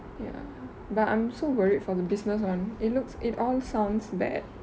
ya but I'm so worried for the business on it looks it all sounds bad